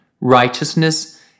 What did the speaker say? righteousness